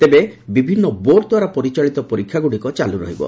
ତେବେ ବିଭିନ୍ନ ବୋର୍ଡ ଦ୍ୱାରା ପରିଚାଳିତ ପରୀକ୍ଷାଗୁଡ଼ିକ ଚାଲୁ ରହିବ